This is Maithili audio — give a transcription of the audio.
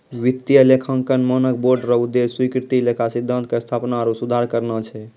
वित्तीय लेखांकन मानक बोर्ड रो उद्देश्य स्वीकृत लेखा सिद्धान्त के स्थापना आरु सुधार करना छै